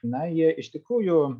na jie iš tikrųjų